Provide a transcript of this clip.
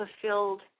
fulfilled